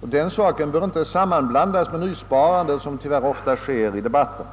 Den saken bör inte sammanblandas med nysparande, såsom tyvärr ofta sker i debatten.